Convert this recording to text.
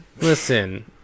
Listen